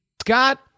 Scott